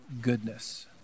goodness